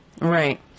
Right